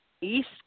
east